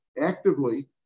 actively